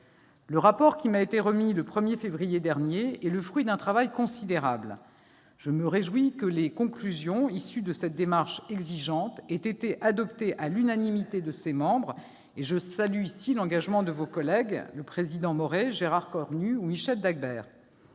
Le rapport qui m'a été remis le 1 février dernier est le fruit d'un travail considérable. Je me réjouis que les conclusions issues de cette démarche exigeante aient été adoptées à l'unanimité des membres du COI et je salue ici l'engagement de vos collègues, Hervé Maurey, président de la